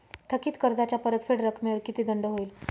थकीत कर्जाच्या परतफेड रकमेवर किती दंड होईल?